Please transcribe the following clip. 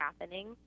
happening